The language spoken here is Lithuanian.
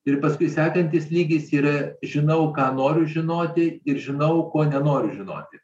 ir paskui sekantis lygis yra žinau ką noriu žinoti ir žinau ko nenoriu žinoti